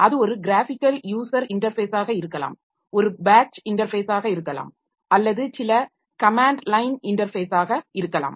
அது ஒரு graphical user இன்டர்ஃபேஸாக இருக்கலாம் ஒரு பேட்ச் இன்டர்ஃபேஸாக இருக்கலாம் அல்லது சில கமேன்ட் லைன் இன்டர்ஃபேஸாக இருக்கலாம்